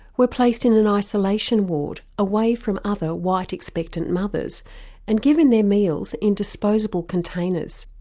were placed in an isolation ward away from other white expectant mothers and given their meals in disposable containers.